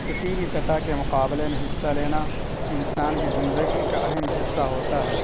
کسی بھی سطح کے مقابلے میں حصہ لینا انسان کی زندگی کا اہم حصہ ہوتا ہے